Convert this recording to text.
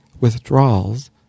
withdrawals